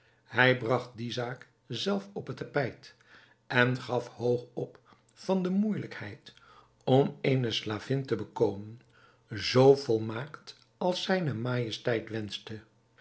hij bragt die zaak zelf op het tapijt en gaf hoog op van de moeijelijkheid om eene slavin te bekomen zoo volmaakt als zijne majesteit wenschte